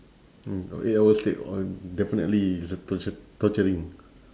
mm for eight hour straight !wah! definitely it's a tortur~ torturing